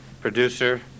producer